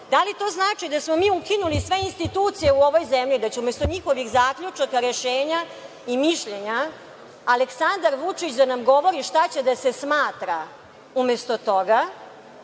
Da li to znači da smo mi ukinuli sve institucije u ovoj zemlji, da će umesto njihovih zaključaka, rešenja i mišljenja Aleksandar Vučić da nam govori šta će da se smatra umesto toga